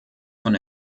von